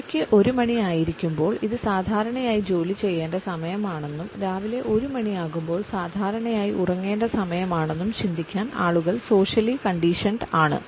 ഉച്ചക്ക് 1 മണി ആയിരിക്കുമ്പോൾ ഇത് സാധാരണയായി ജോലി ചെയ്യേണ്ട സമയമാണെന്നും രാവിലെ 1 മണി ആകുമ്പോൾ സാധാരണയായി ഉറങ്ങേണ്ട സമയമാണെന്നും ചിന്തിക്കാൻ ആളുകൾ സോഷ്യലി കണ്ടീഷൻഡ് ആണ്